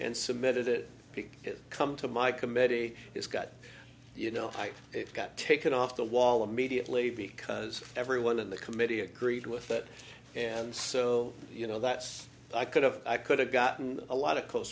and submitted it because it come to my committee it's got you know i've got taken off the wall immediately because everyone in the committee agreed with it and so you know that's i could have i could have gotten a lot of c